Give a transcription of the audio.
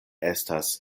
estas